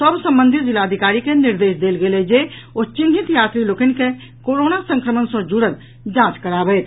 सभ संबंधित जिलाधिकारी के निर्देश देल गेल अछि जे ओ चिन्हित यात्री लोकनि के कोरोना संक्रमण सँ जुड़ल जांच कराबथि